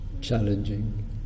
challenging